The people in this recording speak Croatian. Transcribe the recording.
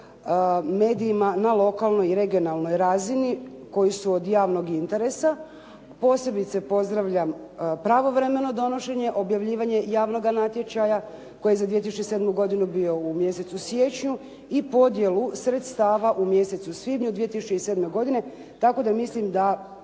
medijima na lokalnoj i regionalnoj razini koji su od javnog interesa. Posebice pozdravljam pravovremeno donošenje i objavljivanje javnoga natječaja koji je za 2007. godinu bio u mjesecu siječnju i podjelu sredstava u mjesecu svibnju 2007. godine, tako da mislim da